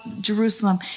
Jerusalem